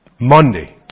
Monday